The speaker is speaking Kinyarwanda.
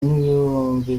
n’ibihumbi